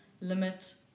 limit